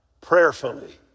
prayerfully